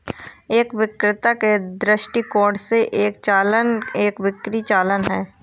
एक विक्रेता के दृष्टिकोण से, एक चालान एक बिक्री चालान है